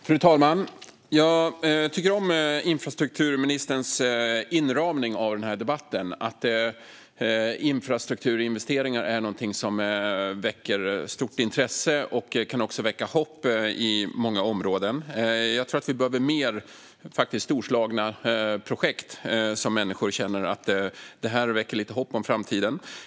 Fru talman! Jag tycker om infrastrukturministerns inramning av den här debatten. Infrastrukturinvesteringar är någonting som väcker stort intresse och kan väcka hopp i många områden. Jag tror att vi behöver mer storslagna projekt, så att människor känner lite hopp om framtiden.